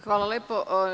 Hvala lepo.